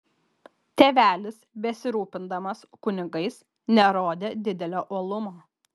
tėvelis besirūpindamas kunigais nerodė didelio uolumo